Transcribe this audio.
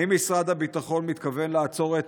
האם משרד הביטחון מתכוון לעצור את